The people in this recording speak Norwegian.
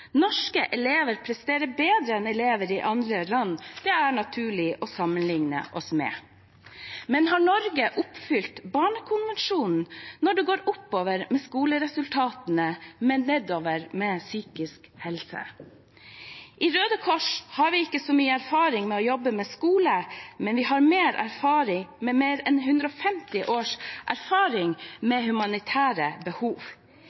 Norske elever presterer bedre enn elever i andre land det er naturlig å sammenligne oss med. Men har Norge oppfylt Barnekonvensjonen når det går oppover med skoleresultatene, men nedover med psykisk helse? I Røde Kors har vi ikke så mye erfaring med å jobbe med skole, men vi har mer enn 150 års erfaring med humanitære behov.